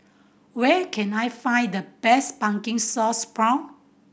where can I find the best pumpkin sauce prawn